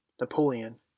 Napoleon